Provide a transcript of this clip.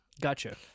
Gotcha